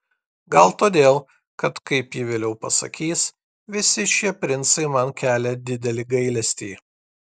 gal todėl kad kaip ji vėliau pasakys visi šie princai man kelia didelį gailestį